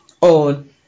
on